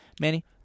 manny